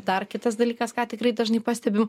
dar kitas dalykas ką tikrai dažnai pastebiu